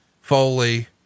Foley